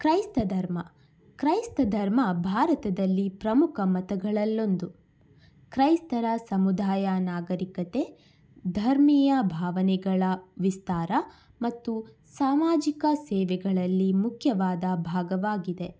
ಕ್ರೈಸ್ತ ಧರ್ಮ ಕ್ರೈಸ್ತ ಧರ್ಮ ಭಾರತದಲ್ಲಿ ಪ್ರಮುಖ ಮತಗಳಲ್ಲೊಂದು ಕ್ರೈಸ್ತರ ಸಮುದಾಯ ನಾಗರೀಕತೆ ಧರ್ಮೀಯ ಭಾವನೆಗಳ ವಿಸ್ತಾರ ಮತ್ತು ಸಾಮಾಜಿಕ ಸೇವೆಗಳಲ್ಲಿ ಮುಖ್ಯವಾದ ಭಾಗವಾಗಿದೆ